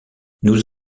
nous